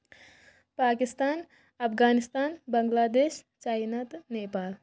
پاکِستان افغانستان بنگلہ دیش چینا تہٕ نیپال